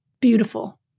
beautiful